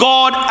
God